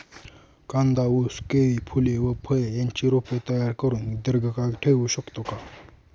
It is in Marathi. कांदा, ऊस, केळी, फूले व फळे यांची रोपे तयार करुन दिर्घकाळ ठेवू शकतो का?